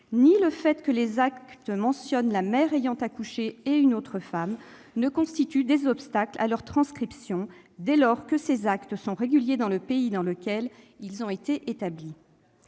ni le fait que les actes mentionnent la mère ayant accouché et une autre femme ne font obstacle à leur transcription, dès lors que ces actes sont réguliers dans le pays dans lequel ils ont été établis.